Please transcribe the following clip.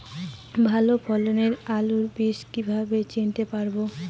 ভালো ফলনের আলু বীজ কীভাবে চিনতে পারবো?